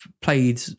played